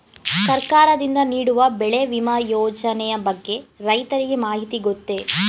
ಸರ್ಕಾರದಿಂದ ನೀಡುವ ಬೆಳೆ ವಿಮಾ ಯೋಜನೆಯ ಬಗ್ಗೆ ರೈತರಿಗೆ ಮಾಹಿತಿ ಗೊತ್ತೇ?